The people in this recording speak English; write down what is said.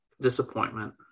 disappointment